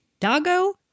Dago